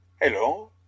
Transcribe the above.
hello